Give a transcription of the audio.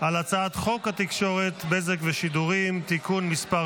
על הצעת חוק התקשורת (בזק ושידורים) (תיקון מס'